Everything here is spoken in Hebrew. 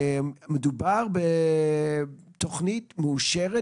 מדובר בתוכנית מאושרת